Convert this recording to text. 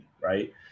Right